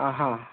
ఆహా